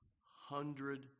hundred